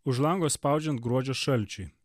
už lango spaudžiant gruodžio šalčiui